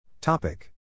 Topic